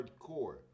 hardcore